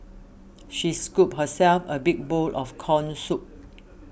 she scooped herself a big bowl of Corn Soup